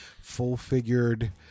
Full-figured